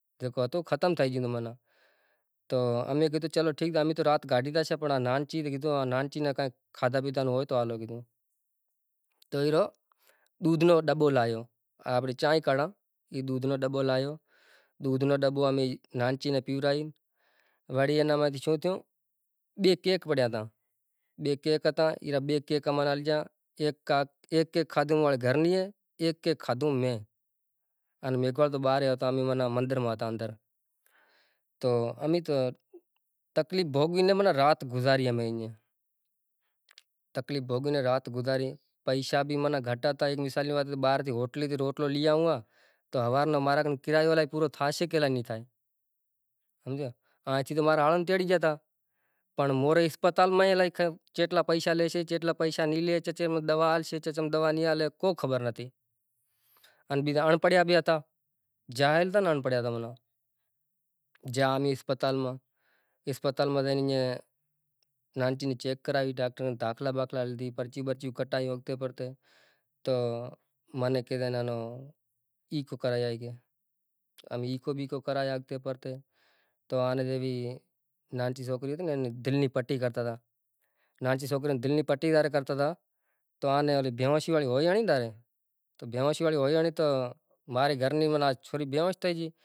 تو باقی ری وات گوار ری آنپڑی بھاشا میں گوار کاشیں مسلماں ری بھاشا میں گوار کاشیں، گووار پھری، تو گوار رو اینی ماناں کمائی سوٹھی اے، ای روں واہویئے رو موسم جووکر آوی گیو سے، تو بیزو جیوو کر بندی رو پانڑی آوے تنے واہوو، وری ایئے ناں کھیریا کڈھاوو پنڑ اینو کھیریو تھوڑو موٹو ہوئیسے پھوٹیاں رو کھیریو اینو جیوو کھیریو ہوئیسے، ای کامیاب سے باقی ای ماں جنڑو کھیریو ریو ای کامیاب نتھی، موٹو کھیریو کامیاب سے، گوار ری محنت سے تھوڑی ودھیک شوں کہ ای گوار نیں تمیں اوکاں ماں واہویو تو مزو گھٹ کرشے اینا ہانڑی بھراوو کھیریو ماناں ٹھائے پانڑی بھرائے ماناں کھندھی بند کری سے پسے چار مزور ہوئیں پسے پانڑی بھرائی کھندھی بند کرائی پسے اینے ازخود گوار تماں رو پھوئارا کرے نیکرشے ہفتاں ماتھے بیجو ہالو پسے ایئے ناں بھانڑ ہالو پسے ایئاں نیں گڈ کاڈھو۔